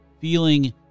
Feeling